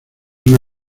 una